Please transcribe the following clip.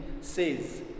says